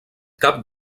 cap